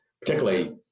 particularly